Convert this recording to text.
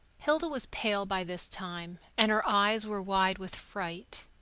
hilda was pale by this time, and her eyes were wide with fright.